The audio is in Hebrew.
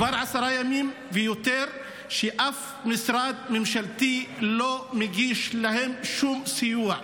וכבר עשרה ימים ויותר שאף משרד ממשלתי לא מגיש להם שום סיוע.